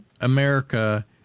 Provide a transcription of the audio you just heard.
America